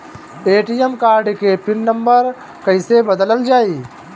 ATM card के pin number कईसे बदलल जाई?